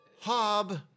Hob